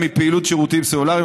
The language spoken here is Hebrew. מפעילות שירותים סלולריים,